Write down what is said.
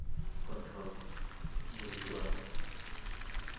control ᱟᱹᱜᱩ ᱡᱩᱛᱩᱜᱼᱟ